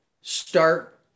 start